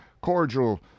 cordial